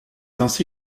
ainsi